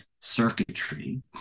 circuitry